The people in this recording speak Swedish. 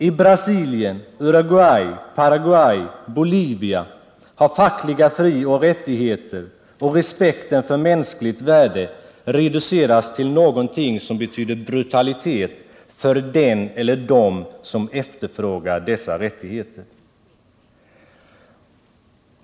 I Brasilien, Uruguay, Paraguay och Bolivia har fackliga frioch rättigheter och respekten för mänskligt värde reducerats till någonting som betyder brutalitet för den eller dem som efterfrågar dessa rättigheter.